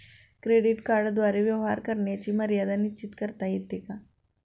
Credit कार्डद्वारे व्यवहार करण्याची मर्यादा निश्चित करता येते का?